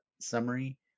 summary